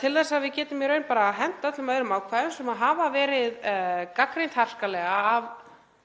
til þess að við getum í raun hent öllum öðrum ákvæðum sem hafa verið gagnrýnd harkalega af